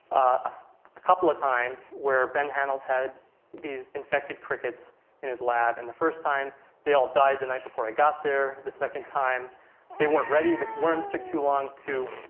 ah a couple of times where ben hanelt had these infected crickets in his lab. and the first time they all died the night before i got there, the second time they weren't ready the worms took too long to,